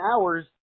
hours